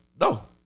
No